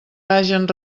hagen